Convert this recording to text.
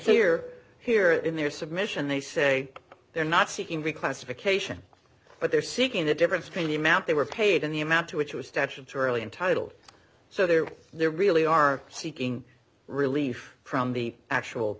you're here in their submission they say they're not seeking reclassification but they're seeking the difference between the amount they were paid and the amount to which was statutorily in total so they're they're really are seeking relief from the actual